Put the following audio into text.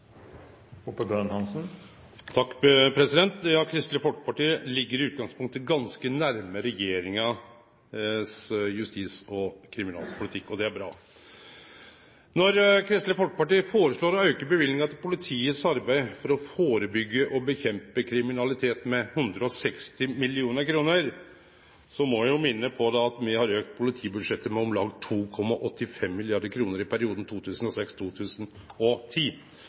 Kristeleg Folkeparti ligg i utgangspunktet ganske nær regjeringa sin justis- og kriminalpolitikk, og det er bra. Når Kristeleg Folkeparti foreslår å auke løyvinga til politiet sitt arbeid for å førebyggje og kjempe mot kriminalitet med 160 mill. kr, må eg minne om at me har auka politibudsjettet med om lag 2,85 mrd. kr i perioden 2006–2010. Me tok tidenes budsjettlyft for politiet i 2010,